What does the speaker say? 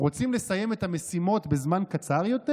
רוצים לסיים את המשימות בזמן קצר יותר?